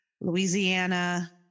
Louisiana